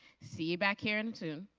see you back here and soon